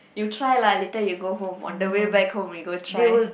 you try lah later you go home on the way back home we go try